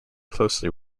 closely